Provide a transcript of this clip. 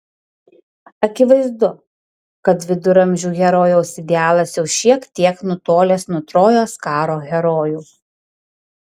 akivaizdu kad viduramžių herojaus idealas jau šiek tiek nutolęs nuo trojos karo herojų